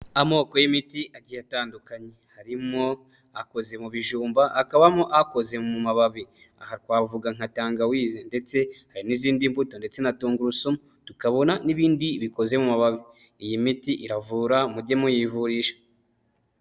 Amoko y'imiti a atandukanye, harimo akoze mu bijumba, hakabamo akoze mu mababi. Aha twavuga nka tangawizi ndetse hari n'izindi mbuto ndetse na tungurusu, tukabona n'ibindi bikoze mu mababi. Iyi miti iravura mujye muyivurisha.